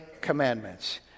commandments